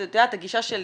את יודעת את הגישה שלי,